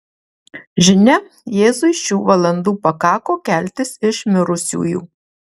žinia jėzui šių valandų pakako keltis iš mirusiųjų